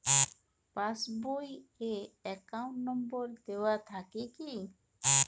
Pass বই এ account number দেওয়া থাকে কি?